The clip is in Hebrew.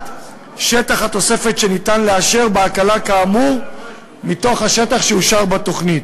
שטח התוספת שניתן לאשר בהקלה כאמור מתוך השטח שאושר בתוכנית.